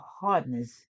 hardness